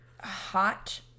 hot